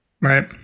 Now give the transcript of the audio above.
Right